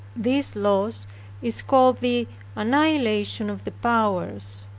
this loss is called the annihilation of the powers.